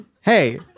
hey